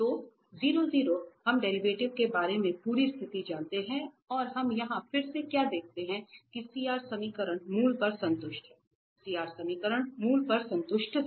तो00 हम डेरिवेटिव के बारे में पूरी स्थिति जानते हैं और हम यहां फिर से क्या देखते हैं कि CR समीकरण मूल पर संतुष्ट हैं CR समीकरण मूल पर संतुष्ट हैं